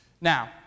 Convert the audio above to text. Now